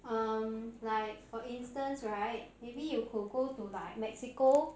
uh like for instance right maybe you could go to like mexico